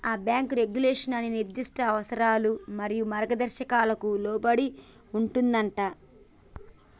ఆ bank regulation అనేది నిర్దిష్ట అవసరాలు మరియు మార్గదర్శకాలకు లోబడి ఉంటుందంటా